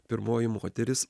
pirmoji moteris